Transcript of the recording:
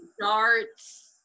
darts